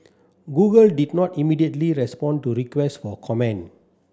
Google did not immediately respond to request for comment